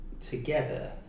together